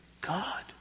God